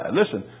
listen